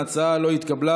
ההצעה לא התקבלה,